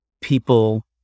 people